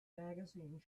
magazine